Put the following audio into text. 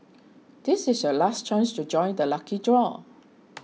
this is your last chance to join the lucky draw